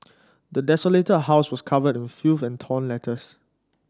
the desolated house was covered in filth and torn letters